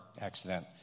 accident